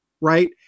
Right